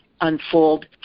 unfold